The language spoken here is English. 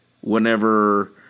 whenever